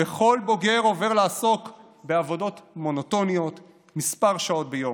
וכל בוגר עובר לעסוק בעבודות מונוטוניות כמה שעות ביום.